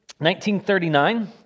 1939